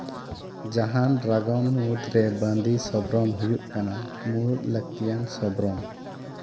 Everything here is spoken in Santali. ᱡᱟᱦᱟᱱ ᱨᱟᱜᱚᱢ ᱢᱩᱫᱽᱨᱮ ᱵᱟᱸᱫᱤ ᱥᱚᱜᱨᱚᱢ ᱦᱩᱭᱩᱜ ᱠᱟᱱᱟ ᱢᱩᱬᱩᱫ ᱞᱟᱹᱠᱛᱤᱭᱟᱱ ᱥᱚᱵᱨᱚᱢ